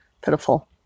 pitiful